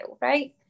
right